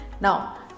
Now